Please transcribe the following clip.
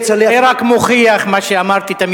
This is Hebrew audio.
זה רק מוכיח מה שתמיד אמרתי,